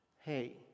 Hey